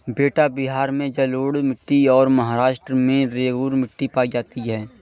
बेटा बिहार में जलोढ़ मिट्टी और महाराष्ट्र में रेगूर मिट्टी पाई जाती है